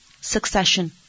Succession